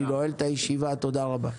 אני נועל את הישיבה, תודה רבה.